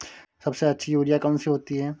सबसे अच्छी यूरिया कौन सी होती है?